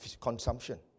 consumption